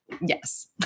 yes